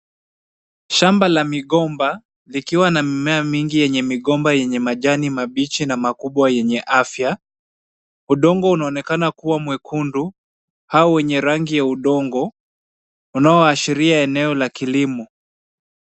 Shamba la migomba likiwa na mimea nyingi yenye migomba yenye majani mabichi na makubwa yenye afya. Udongo unaonekana kuwa mwekundu au wenye rangi ya udongo, unaoashiria eneo la kilimo.